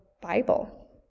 Bible